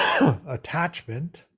attachment